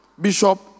Bishop